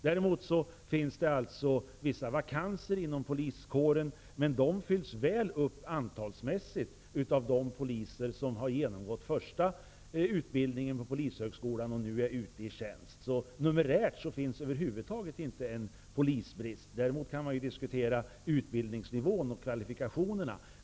Däremot finns vissa vakanser inom poliskåren, men de fylls väl upp antalsmässigt av de poliser som har genomgått första utbildningen på polishögskolan och nu är ute i tjänst. Numerärt finns alltså över huvud taget inte någon polisbrist. Däremot kan man diskutera utbildningsnivån och kvalifikationerna.